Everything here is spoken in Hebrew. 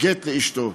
גט לאשתו.